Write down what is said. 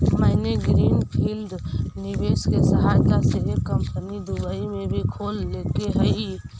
मैंने green field निवेश के सहायता से एक कंपनी दुबई में भी खोल लेके हइ